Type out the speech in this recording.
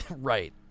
right